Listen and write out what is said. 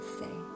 say